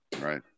right